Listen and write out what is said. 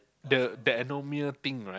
the that abdominal thing right